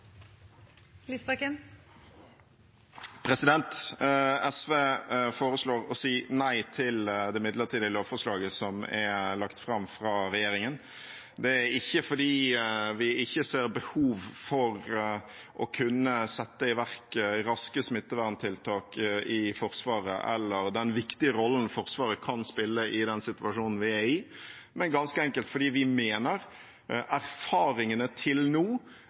ikke fordi vi ikke ser behov for å kunne sette i verk smitteverntiltak raskt i Forsvaret, eller den viktige rollen Forsvaret kan spille i den situasjonen vi er i, men ganske enkelt fordi vi mener erfaringen til nå